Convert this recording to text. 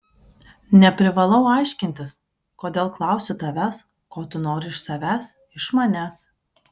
neprivalau aiškintis kodėl klausiu tavęs ko tu nori iš savęs iš manęs